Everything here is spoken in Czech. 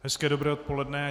Hezké dobré odpoledne.